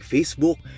Facebook